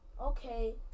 Okay